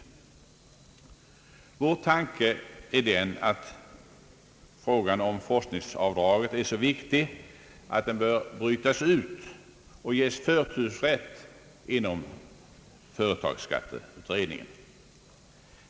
Vår tanke är att frågan om forskningsavdrag är så viktig att den bör brytas ut och ges förtursrätt inom företagsskatteutredningen.